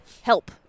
help